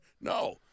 No